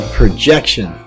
projection